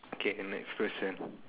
K the next question